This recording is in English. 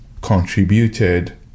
contributed